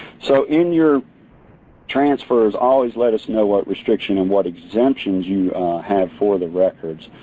so in your transfers always let us know what restriction and what exemptions you have for the records.